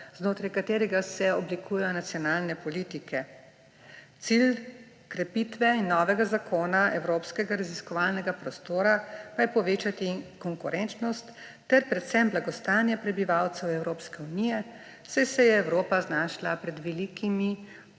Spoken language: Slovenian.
znotraj katerega se oblikujejo nacionalne politike. Cilj krepitve novega zakona evropskega raziskovalnega prostora pa je povečati konkurenčnost ter predvsem blagostanje prebivalcev Evropske unije, saj se je Evropa znašla pred velikimi